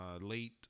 late